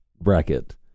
bracket